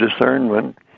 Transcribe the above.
discernment